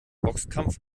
boxkampf